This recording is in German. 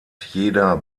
jeder